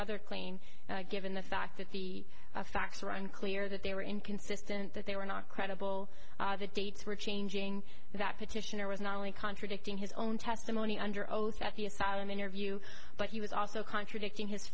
other claim given the fact that the facts are unclear that they were inconsistent that they were not credible the dates were changing that petitioner was not only contradicting his own testimony under oath at the asylum interview but he was also contradicting his